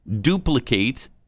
duplicate